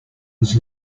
was